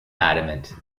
adamant